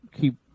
keep